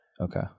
Okay